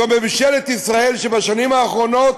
זה ממשלת ישראל, שבשנים האחרונות